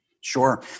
sure